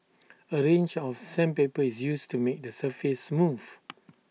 A range of sandpaper is used to make the surface smooth